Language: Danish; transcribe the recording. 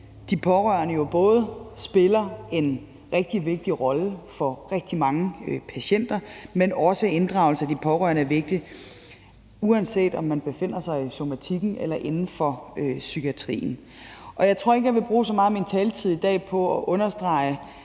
de pårørende jo både spiller en rigtig vigtig rolle for rigtig mange patienter, men også at inddragelse af de pårørende er vigtig, uanset om man befinder sig i somatikken eller inden for psykiatrien. Jeg tror ikke, jeg vil bruge så meget af min taletid i dag på at understrege